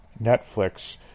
Netflix